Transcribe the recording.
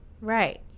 right